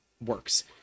works